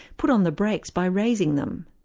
put on the brakes by raising them.